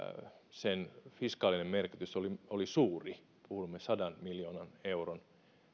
sen fiskaalinen merkitys oli oli suuri puhuimme sadan miljoonan euron